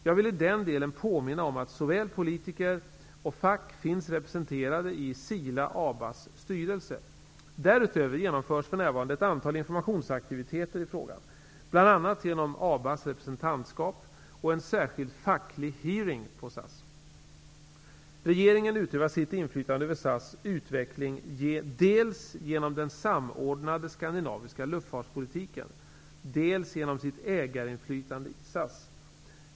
Jag vill i den delen påminna om att såväl politiker som fack finns representerade i SILA/ABA:s styrelse. Därutöver genomförs för närvarande ett antal informationsaktiviteter i frågan, bl.a. genom ABA:s representantskap och en särskild facklig hearing hos SAS. Regeringen utövar sitt inflytande över SAS utveckling dels genom den samordnade skandinaviska luftfartspolitiken, dels genom sitt ägarinflytande i SAS.